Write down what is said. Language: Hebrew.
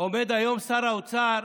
עומד היום שר האוצר